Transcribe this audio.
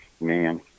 Man